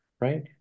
Right